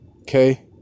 Okay